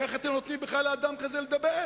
איך אתם נותנים בכלל לאדם כזה לדבר?